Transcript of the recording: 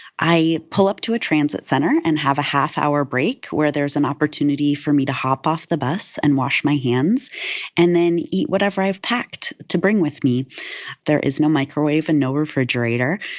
i pull up to a transit center and have a half hour break where there's an opportunity for me to hop off the bus and wash my hands and then eat whatever i've packed to bring with me there is no microwave and no refrigerator,